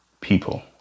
people